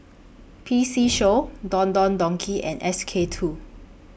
P C Show Don Don Donki and S K two